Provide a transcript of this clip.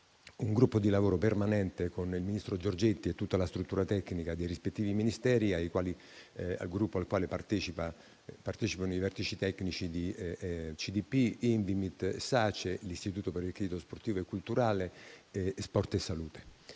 un gruppo di lavoro permanente con il ministro Giorgetti e tutta la struttura tecnica dei rispettivi Ministeri, al quale partecipano i vertici tecnici di CDP, Invimit, SACE, l'Istituto per il credito sportivo e culturale e Sport e Salute.